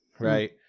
right